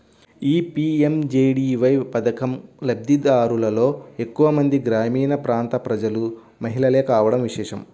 ఈ పీ.ఎం.జే.డీ.వై పథకం లబ్ది దారులలో ఎక్కువ మంది గ్రామీణ ప్రాంతాల ప్రజలు, మహిళలే కావడం విశేషం